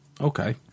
Okay